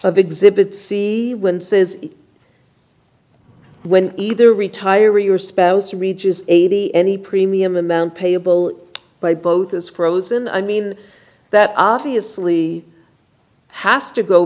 of exhibit c winces when either retired or your spouse reaches eighty any premium amount payable by both is frozen i mean that obviously has to go